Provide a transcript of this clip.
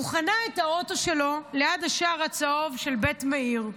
הוא חנה את האוטו שלו ליד השער הצהוב של בית מאיר.